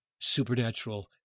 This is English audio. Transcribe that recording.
supernatural